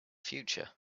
future